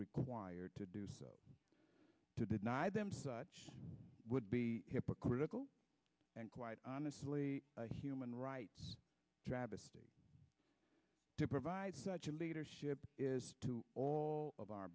required to do so to deny them such would be hypocritical and quite honestly a human rights travesty to provide such a leadership is to all of our